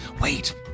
Wait